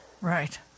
right